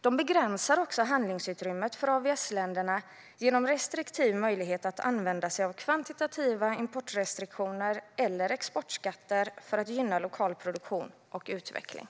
De begränsar också handlingsutrymmet för AVS-länderna genom restriktiv möjlighet att använda kvantitativa importrestriktioner eller exportskatter för att gynna lokal produktion och utveckling.